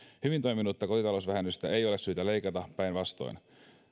hyvin toiminutta kotitalousvähennystä ei ole syytä leikata päinvastoin